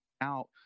out